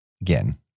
again